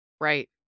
Right